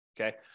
Okay